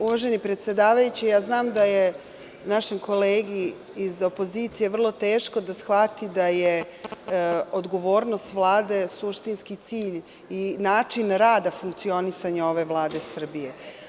Uvaženi predsedavajući, znam da je našem kolegi iz opozicije vrlo teško da shvati da je odgovornost Vlade suštinski cilj i način rada funkcionisanja ove Vlade Srbije.